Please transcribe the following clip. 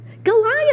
Goliath